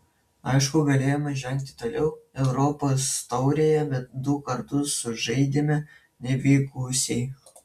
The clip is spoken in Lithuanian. aišku galėjome žengti toliau europos taurėje bet du kartus sužaidėme nevykusiai